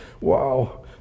Wow